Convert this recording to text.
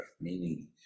meaning